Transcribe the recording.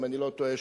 אם אני לא טועה,